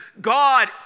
God